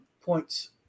points